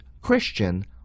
Christian